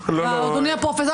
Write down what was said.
אדוני הפרופסור.